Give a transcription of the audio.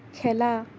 খেলা